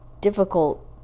difficult